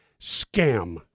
scam